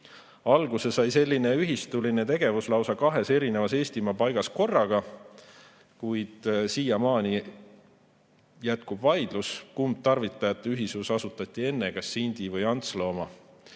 Alguse sai selline ühistuline tegevus lausa kahes Eesti paigas korraga, kuid siiamaani jätkub vaidlus, kumb tarvitajate ühisus asutati enne, kas Sindi või Antsla oma.